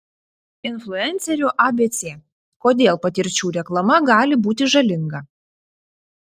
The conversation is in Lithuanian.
influencerių abc kodėl patirčių reklama gali būti žalinga